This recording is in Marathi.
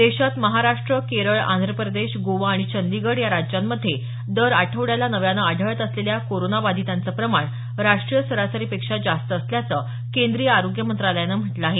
देशात महाराष्ट्र केरळ आंध्रप्रेदश गोवा आणि चंदीगढ या राज्यांमधे दर आठवड्याला नव्यानं आढळत असलेल्या कोरोनाबाधितांचं प्रमाण राष्ट्रीय सरासरीपेक्षा जास्त असल्याचं केंद्रीय आरोग्य मंत्रालयानं म्हटलं आहे